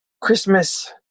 christmas